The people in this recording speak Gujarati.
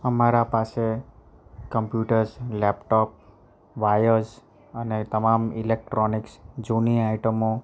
અમારા પાસે કમ્પ્યુટર્સ લેપટોપ વાયર્સ અને તમામ ઇલેકટ્રોનિકસ જૂની આઈટમો